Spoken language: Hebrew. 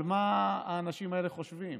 על מה האנשים האלה חושבים?